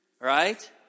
right